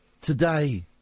today